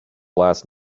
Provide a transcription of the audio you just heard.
last